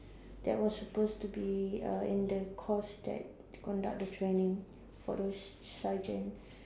that was supposed to be a in the course that conduct the training for those sergeant